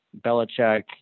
Belichick